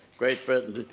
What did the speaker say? great britain,